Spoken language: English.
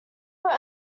were